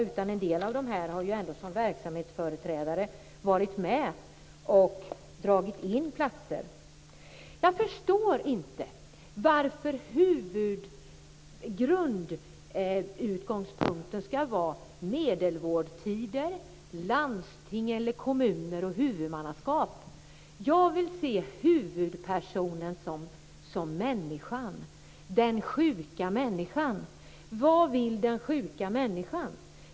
En del har ju ändå som verksamhetsföreträdare varit med och dragit ned på antalet platser. Jag förstår inte varför utgångspunkten skall vara medelvårdstider, landsting, kommuner och huvudmannaskap. Jag vill se människan som huvudperson, den sjuka människan. Vad vill den sjuka människan?